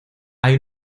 hay